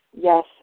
yes